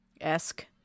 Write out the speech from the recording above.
esque